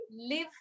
live